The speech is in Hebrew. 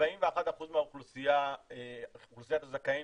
41% מאוכלוסיית הזכאים